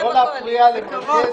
אתה מוזמן.